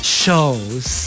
shows